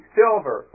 silver